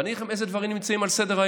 ואני אגיד לכם איזה דברים נמצאים על סדר-היום,